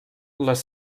les